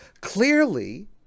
Clearly